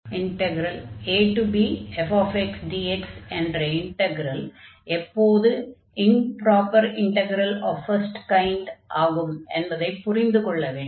abf dx என்ற integral எப்போது improper integral of first kind ஆகும் என்பதைப் புரிந்து கொள்ள வேண்டும்